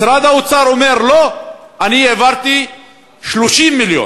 משרד האוצר אומר: לא, אני העברתי 30 מיליון.